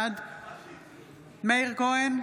בעד מאיר כהן,